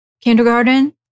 kindergarten